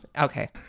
Okay